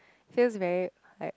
feels very like